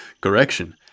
Correction